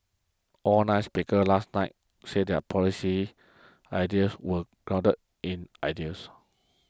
all nine speakers last night said their policy ideas were grounded in ideals